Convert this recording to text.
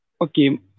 Okay